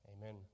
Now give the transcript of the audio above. Amen